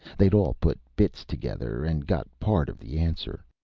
they'd all put bits together and got part of the answer.